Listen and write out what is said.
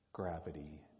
gravity